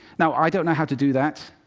now, i don't know how to do that,